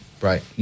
Right